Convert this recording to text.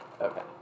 Okay